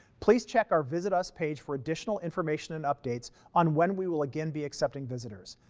please check our visitors page for additional information and updates, on when we will again be accepting visitors.